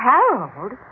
Harold